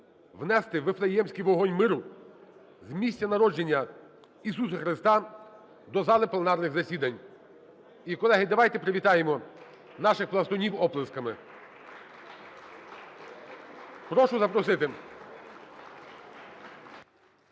внести Вифлеємський вогонь миру з місця народження Ісуса Христа до зали пленарних засідань. І, колеги, давайте привітаємо наших пластунів оплесками. (Оплески) Прошу запросити.